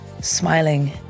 Smiling